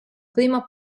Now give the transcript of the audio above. prima